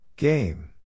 Game